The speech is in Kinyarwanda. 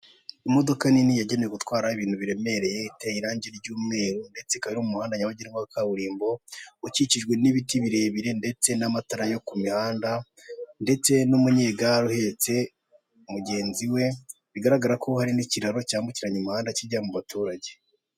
Imodoka nini yagenewe gutwara ibintu biremereye iteye irange ry'umweru ndetse ikaba iri mu muhanda nyabagendwa wa kaburimbo ukikijwe n'ibiti birebire ndetse n'amatara yo ku mihanda ndetse n'umunyegare uhetse mugenzi we bigaragara ko hari n'ikiraro cyambukiranya umuhanda kijya mu baturage.